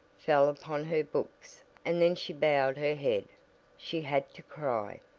fell upon her books and then she bowed her head she had to cry!